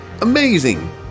Amazing